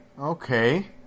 okay